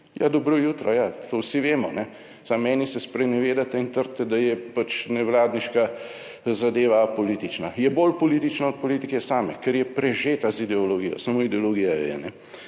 dobro jutro! Ja, to vsi vemo. Samo meni se sprenevedate in trdite, da je pač nevladniška zadeva apolitična. Je bolj politična od politike same, ker je prežeta z ideologijo, samo ideologija jo